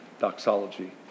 doxology